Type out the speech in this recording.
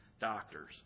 doctors